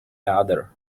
other